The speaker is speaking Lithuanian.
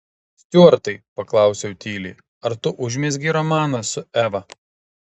stiuartai paklausiau tyliai ar tu užmezgei romaną su eva